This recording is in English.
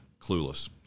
clueless